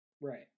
Right